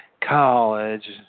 college